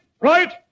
right